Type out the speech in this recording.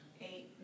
Eight